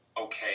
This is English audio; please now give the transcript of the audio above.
okay